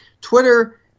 Twitter